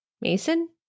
Mason